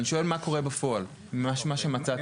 אני שואל מה קורה בפועל ממה שמצאתם.